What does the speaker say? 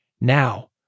now